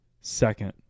second